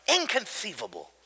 inconceivable